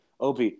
ob